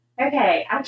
okay